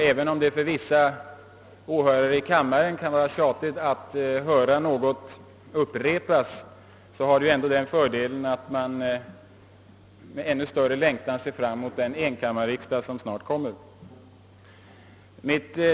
Även om det för vissa åhörare i kammaren kan vara tjatigt att höra något upprepas, så har det ändå den fördelen att man med ännu större längtan ser fram emot den enkammarriksdag som snart kommer.